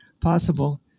possible